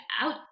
out